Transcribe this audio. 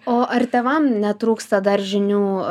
o ar tėvam netrūksta dar žinių